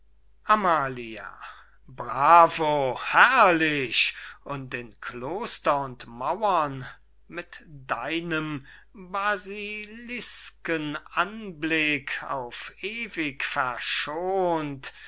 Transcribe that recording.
amalia bravo herrlich und in kloster und mauren mit deinem basilisken anblick auf ewig verschont